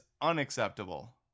unacceptable